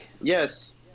Yes